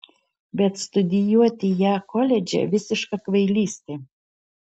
bet studijuoti ją koledže visiška kvailystė